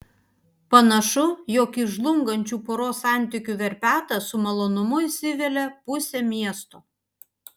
panašu jog į žlungančių poros santykių verpetą su malonumu įsivelia pusė miesto